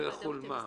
לא יחול מה?